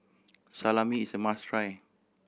salami is a must try